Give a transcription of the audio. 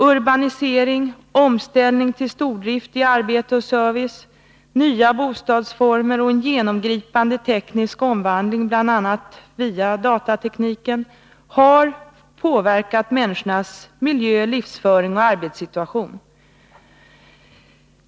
Urbanisering, omställning till stordrift i arbete och service, nya bostadsformer och en genomgripande teknisk omvandling, bl.a. via datatekniken, har påverkat människornas miljö, livsföring och arbetssituation.